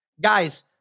Guys